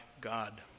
God